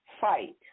fight